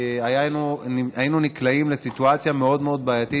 היינו נקלעים לסיטואציה מאוד מאוד בעייתית,